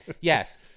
Yes